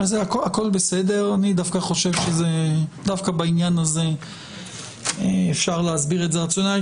אני חושב שדווקא בעניין הזה אפשר להסביר את הרציונל,